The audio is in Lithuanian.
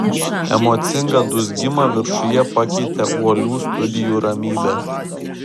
emocingą dūzgimą viršuje pakeitė uolių studijų ramybė